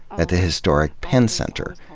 at the historic penn center,